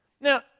Now